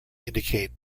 indicate